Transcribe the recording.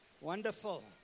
Wonderful